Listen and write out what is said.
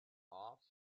off